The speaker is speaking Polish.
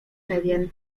pewien